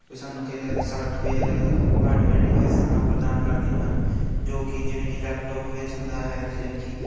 ਜੋ ਸਾਨੂੰ ਕਈ ਤਰ੍ਹਾਂ ਦੇ ਸਾਫਟਵੇਅਰ ਹਾਰਡਵੇਅਰ ਡਿਵਾਈਸਾਂ ਪ੍ਰਦਾਨ ਕਰਦੇ ਹਨ ਜੋ ਕਿ ਜਿਵੇਂ ਕਿ ਲੈਪਟੋਪ ਵਿੱਚ ਹੁੰਦਾ ਜਿੱਦਾਂ ਕਿ